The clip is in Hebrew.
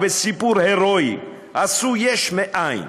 ובסיפור הירואי עשו יש מאין.